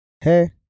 Hey